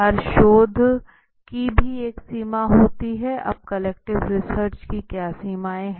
हर शोध की भी एक सीमा होती है अब क्वालिटेटिव रिसर्च की क्या सीमाएँ हैं